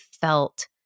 felt